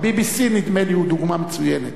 ה-BBC, נדמה לי, הוא דוגמה מצוינת.